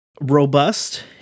robust